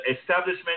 establishment